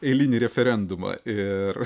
eilinį referendumą ir